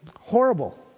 Horrible